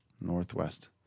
Northwest